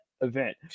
event